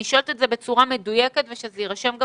אני שואלת את זה בצורה מדויקת ושזה יירשם גם